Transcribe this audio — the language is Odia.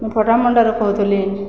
ମୁଁ ପଟାମୁଣ୍ଡାଇରୁ କହୁଥିଲି